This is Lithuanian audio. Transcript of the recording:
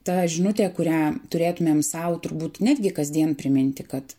ta žinutė kurią turėtumėm sau turbūt netgi kasdien priminti kad